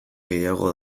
gehiago